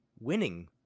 winning